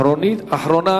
אחרונה